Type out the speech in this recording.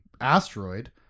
asteroid